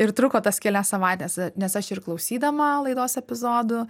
ir truko tas kelias savaites nes aš ir klausydama laidos epizodų